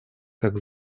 как